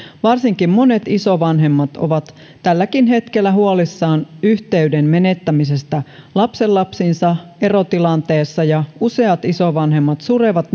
varsinkin monet isovanhemmat ovat tälläkin hetkellä huolissaan yhteyden menettämisestä lapsenlapsiinsa erotilanteessa ja useat isovanhemmat surevat